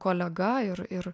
kolega ir ir